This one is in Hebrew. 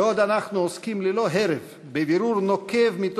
בעוד אנחנו עוסקים ללא הרף בבירור נוקב,